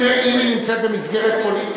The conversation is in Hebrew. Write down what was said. אם היא נמצאת במסגרת פוליטית,